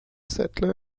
settler